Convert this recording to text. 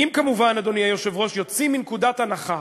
אם כמובן, אדוני היושב-ראש, נצא מנקודת הנחה,